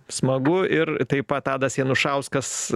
smagu ir taip pat tadas janušauskas